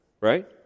right